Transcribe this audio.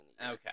Okay